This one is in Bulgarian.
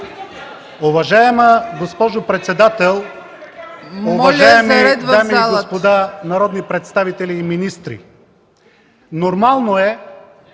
Уважаема госпожо председател, уважаеми дами и господа народни представители и министри! (Силен